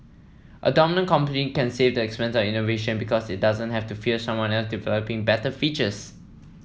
a dominant company can save the expense of innovation because it doesn't have to fear someone else developing better features